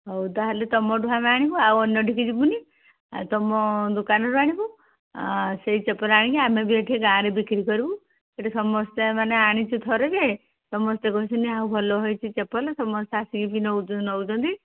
ହଉ ତା'ହେଲେ ତୁମଠୁ ଆମେ ଆଣିବୁ ଆଉ ଅନ୍ୟଠିକି ଯିବୁନି ଆଉ ତୁମ ଦୋକାନରୁ ଆଣିବୁ ସେଇ ଚପଲ ଆଣିକି ଆମେ ବି ଏଠି ଗାଁରେ ବିକ୍ରି କରିବୁ ସେଠି ସମସ୍ତେ ମାନେ ଆଣିଛୁ ଥରେ ବି ସମସ୍ତେ କହୁଛନ୍ତି ଆଉ ଭଲ ହୋଇଛି ଚପଲ ସମସ୍ତେ ଆସିକି ବି ନେଉଛନ୍ତି